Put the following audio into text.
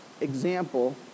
example